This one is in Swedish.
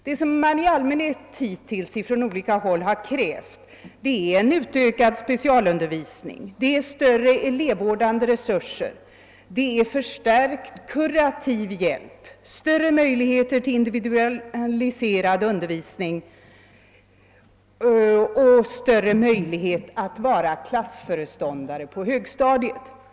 Det som i allmänhet har krävts hittills från olika håll är utökad specialundervisning, större elevvårdande resurser, förstärkt kurativ hjälp, större möjligheter till individualiserad undervisning och bättre möjlighet att vara klassföreståndare på högstadiet.